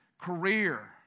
Career